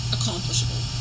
Accomplishable